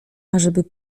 ażeby